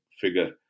figure